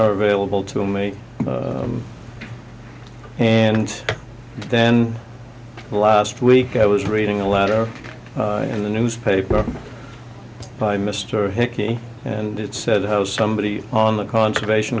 are available to me and then last week i was reading a letter in the newspaper by mr hickey and it said somebody on the conservation